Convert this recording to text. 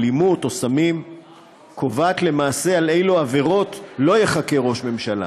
אלימות או סמים קובעת למעשה על אילו עבירות לא ייחקר ראש ממשלה,